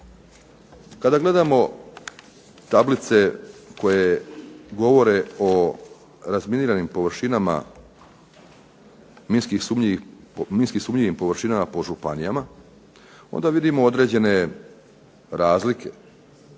kada gledamo tablice koje govore o razminiranim površinama minski sumnjivim površinama po županijama, onda vidimo određene razlike.